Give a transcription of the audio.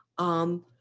um,